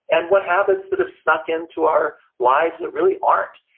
and what habits that have snuck into our lives that really aren't,